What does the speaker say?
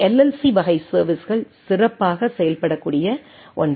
C வகை சர்வீஸ்கள் சிறப்பாக செயல்படக்கூடிய ஒன்றாகும்